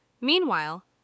Meanwhile